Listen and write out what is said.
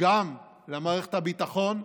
גם למערכת הביטחון,